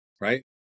right